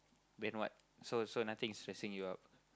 then what so so nothing is stressing you out